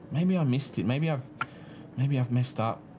maybe i missed it. maybe i've maybe i've messed up.